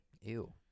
Ew